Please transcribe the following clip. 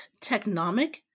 Technomic